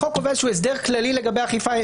החוק קובע הסדר כללי לגבי אכיפה.